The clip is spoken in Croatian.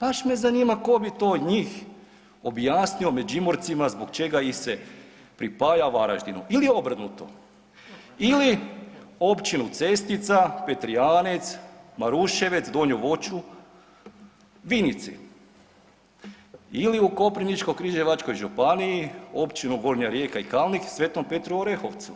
Baš me zanima tko bi to od njih objasnio Međimurcima zbog čega ih se pripaja Varaždinu ili obrnuto ili Općinu Cestica, Petrijanec, Maruševec, Donje Voću Vinici ili u Koprivničko-križevačkoj županiji Općinu Gornja Rijeka i Kalnik Sv. Petru Orehovcu,